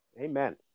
amen